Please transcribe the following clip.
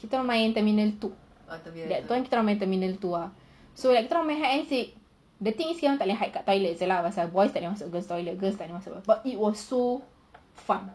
kita orang main terminal two kita orang main terminal two ah kita orang main hide and seek the thing is kita orang tak boleh hide dekat toilet ah pasal boys tak boleh masuk girls toilet girls tak boleh masuk but it was so fun